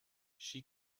she